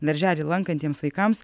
darželį lankantiems vaikams